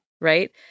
right